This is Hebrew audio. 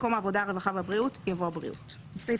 במקום "העבודה הרופאיםהרווחה והבריאות" יבוא "הבריאות"; הווטרינרים